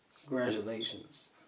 Congratulations